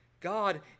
god